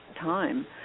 time